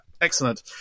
excellent